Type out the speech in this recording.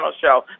show